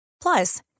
Plus